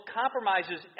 compromises